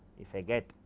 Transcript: if i get.